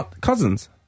cousins